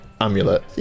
amulet